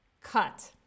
cut